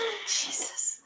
Jesus